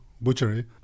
Butchery